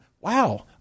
wow